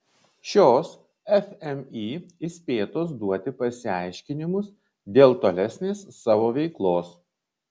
šios fmį įspėtos duoti pasiaiškinimus dėl tolesnės savo veiklos